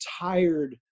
tired